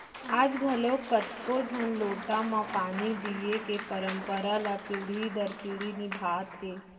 आज घलौक कतको झन लोटा म पानी दिये के परंपरा ल पीढ़ी दर पीढ़ी निभात हें